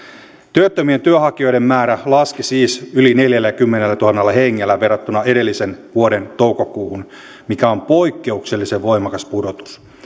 työttömien työnhakijoiden määrä laski siis yli neljälläkymmenellätuhannella hengellä verrattuna edellisen vuoden toukokuuhun mikä on poikkeuksellisen voimakas pudotus